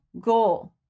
goal